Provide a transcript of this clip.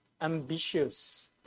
ambitious